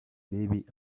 baby